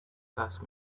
fast